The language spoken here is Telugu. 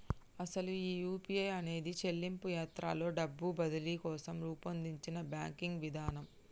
అసలు ఈ యూ.పీ.ఐ అనేది చెల్లింపు యాత్రలో డబ్బు బదిలీ కోసం రూపొందించిన బ్యాంకింగ్ విధానం